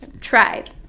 Tried